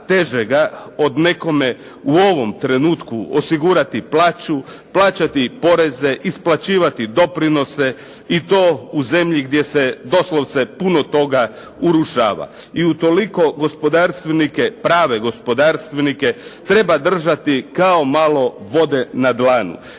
od nekome u ovome trenutku plaćati plaću, plaćati poreze, isplaćivati doprinose i to u zemlji gdje se doslovce puno toga urušava. I utoliko gospodarstvenike, prave gospodarstvenike treba držati kao malo vode na dlanu,